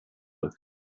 looks